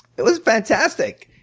it was fantastic.